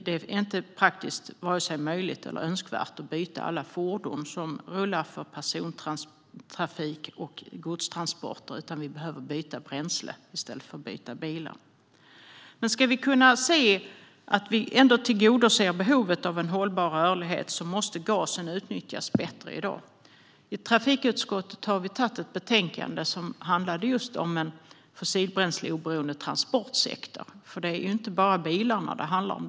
Det är inte praktiskt vare sig möjligt eller önskvärt att byta alla fordon som rullar för persontrafik och godstranspor-ter, utan vi behöver byta bränsle i stället för att byta bilar. Ska vi ändå kunna tillgodose behovet av en hållbar rörlighet måste gasen i dag utnyttjas bättre. I trafikutskottet har vi tagit fram ett betänkande som handlade just om en fossiloberoende transportsektor. Det är inte bara bilarna det handlar om.